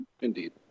Indeed